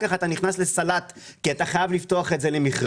כך אתה נכנס לסלט כי אתה חייב לפתוח את זה למכרז.